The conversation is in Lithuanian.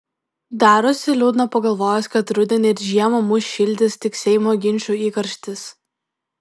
darosi liūdna pagalvojus kad rudenį ir žiemą mus šildys tik seimo ginčų įkarštis